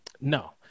No